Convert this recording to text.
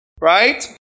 right